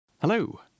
Hello